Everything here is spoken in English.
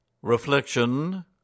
Reflection